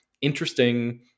interesting